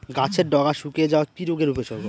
গাছের ডগা শুকিয়ে যাওয়া কি রোগের উপসর্গ?